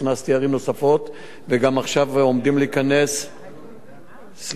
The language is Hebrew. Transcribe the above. הכנסתי ערים נוספות, ועכשיו עומדים להיכנס, מעבר.